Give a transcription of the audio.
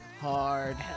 hard